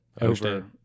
over